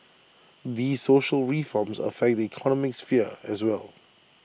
these social reforms affect the economic sphere as well